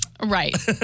Right